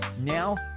Now